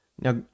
now